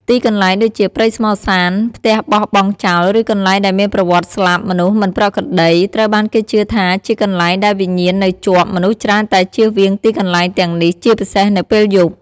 ទីកន្លែងដូចជាព្រៃស្មសាន ផ្ទះបោះបង់ចោល ឬកន្លែងដែលមានប្រវត្តិស្លាប់មនុស្សមិនប្រក្រតី ត្រូវបានគេជឿថាជាកន្លែងដែលវិញ្ញាណនៅជាប់ មនុស្សច្រើនតែជៀសវាងទីកន្លែងទាំងនេះ ជាពិសេសនៅពេលយប់។